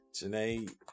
Janae